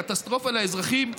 קטסטרופה לאזרחים,